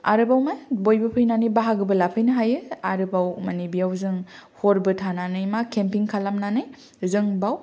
आरोबाव मा बयबो फैनानै बाहागोबो लाफैनो हायो आरोबाव माने बेयाव जों हरबो थानानै मा केम्पिं खालामनानै जों बाव